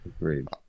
Agreed